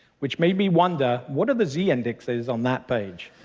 which made me wonder, what are the z-indexes on that page?